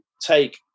take